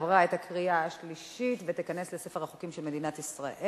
עברה את הקריאה השלישית ותיכנס לספר החוקים של מדינת ישראל.